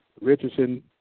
Richardson